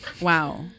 Wow